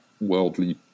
worldly